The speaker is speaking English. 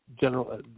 general